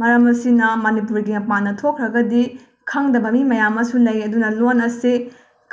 ꯃꯔꯝ ꯑꯁꯤꯅ ꯃꯅꯤꯄꯨꯔꯒꯤ ꯃꯄꯥꯟꯗ ꯊꯣꯛꯈ꯭ꯔꯒꯗꯤ ꯈꯪꯗꯕ ꯃꯤ ꯃꯌꯥꯝ ꯑꯃꯁꯨ ꯂꯩ ꯑꯗꯨꯅ ꯂꯣꯟ ꯑꯁꯤ